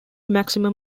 maximum